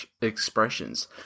expressions